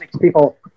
People